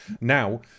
Now